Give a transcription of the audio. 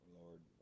lord